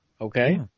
Okay